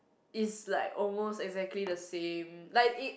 is like almost exactly the same like it